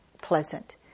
pleasant